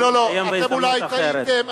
אני אקיים בהזדמנות אחרת.